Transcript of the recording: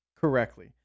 correctly